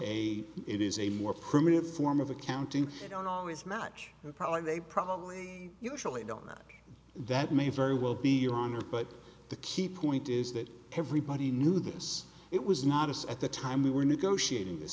a it is a more primitive form of accounting don't always match and probably they probably usually don't that may very well be honored but the key point is that everybody knew this it was not us at the time we were negotiating